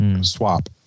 swap